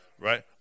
Right